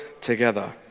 together